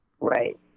Right